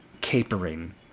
capering